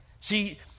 See